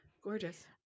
Gorgeous